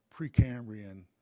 Precambrian